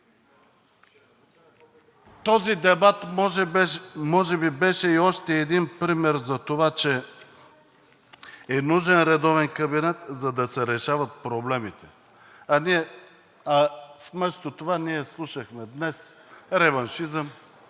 Този дебат може би беше още един пример за това, че е нужен редовен кабинет, за да се решават проблемите. А вместо това, ние слушахме днес реваншизъм,